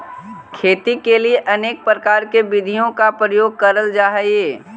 खेती के लिए अनेक प्रकार की विधियों का प्रयोग करल जा हई